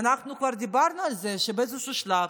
ואנחנו כבר דיברנו על זה שבאיזשהו שלב